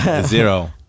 Zero